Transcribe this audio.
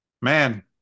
man